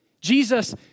Jesus